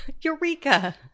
Eureka